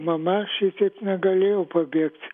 mama šitaip negalėjo pabėgt